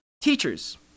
Teachers